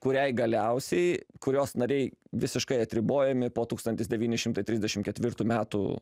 kuriai galiausiai kurios nariai visiškai atribojami po tūkstantis devyni šimtai trisdešim ketvirtų metų